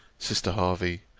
sister hervey!